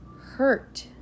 hurt